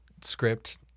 script